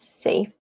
safe